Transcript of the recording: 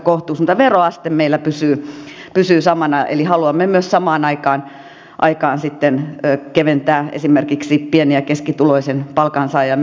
mutta veroaste meillä pysyy samana eli haluamme myös samaan aikaan sitten keventää esimerkiksi pieni ja keskituloisen palkansaajan myös eläkkeensaajan verotusta